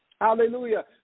hallelujah